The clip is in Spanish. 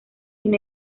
sin